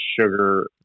sugar